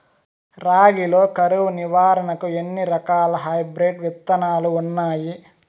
రాగి లో కరువు నివారణకు ఎన్ని రకాల హైబ్రిడ్ విత్తనాలు ఉన్నాయి